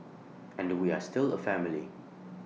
and we are still A family